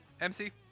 MC